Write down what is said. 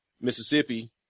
Mississippi